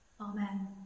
Amen